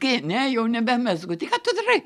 kai ne jau nebemezgu tai ką tu darai